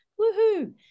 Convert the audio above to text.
Woohoo